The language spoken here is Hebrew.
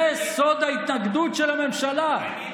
זה סוד ההתנגדות של המדינה.